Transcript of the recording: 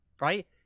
right